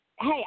Hey